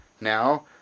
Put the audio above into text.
now